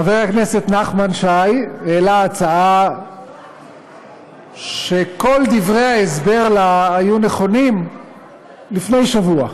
חבר הכנסת נחמן שי העלה הצעה שכל דברי ההסבר לה היו נכונים לפני שבוע,